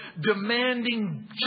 demanding